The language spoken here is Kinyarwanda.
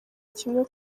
kimwe